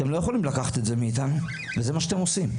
אתם לא יכולים לקחת את זה מאתנו וזה מה שאתם עושים.